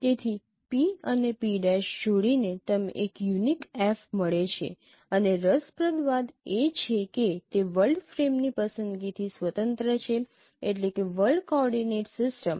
તેથી P અને P' જોડીને તમને એક યુનિક F મળે છે અને રસપ્રદ વાત એ છે કે તે વર્લ્ડ ફ્રેમની પસંદગીથી સ્વતંત્ર છે એટલે કે વર્લ્ડ કોઓર્ડિનેટ સિસ્ટમ